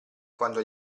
quando